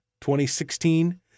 2016